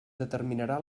determinarà